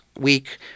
week